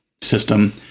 system